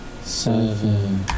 seven